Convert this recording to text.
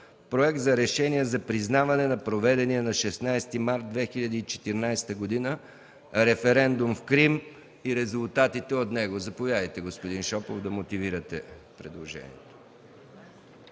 Проект за решение за признаване на проведения на 16 март 2014 г. референдум в Крим и резултатите от него. Заповядайте, господин Шопов, да мотивирате предложението.